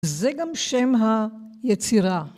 זה גם שם היצירה.